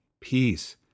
peace